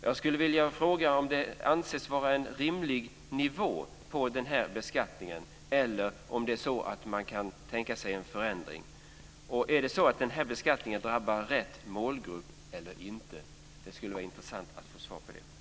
Jag vill fråga om det anses vara en rimlig nivå på beskattningen eller om man kan tänka sig en förändring. Drabbar beskattningen rätt målgrupp eller inte? Det skulle vara intressant att få svar på det.